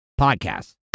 Podcast